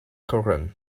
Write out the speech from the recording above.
koran